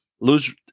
lose